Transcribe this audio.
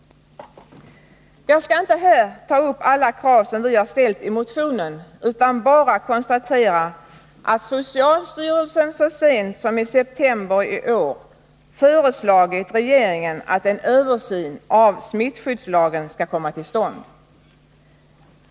Jag skall inte här ta upp alla krav som vi har ställt i motionen utan bara konstatera att socialstyrelsen så sent som i september i år föreslagit regeringen att en översyn av smittskyddslagen skall komma till stånd.